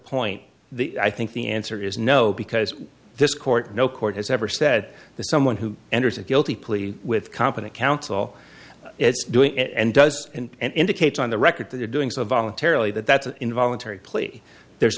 point the i think the answer is no because this court no court has ever said the someone who enters a guilty plea with competent counsel is doing and does and indicate on the record that they're doing so voluntarily that that's an involuntary plea there's